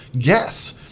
guess